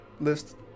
list